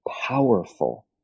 powerful